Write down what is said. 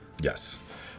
Yes